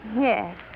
Yes